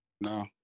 No